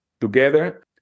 together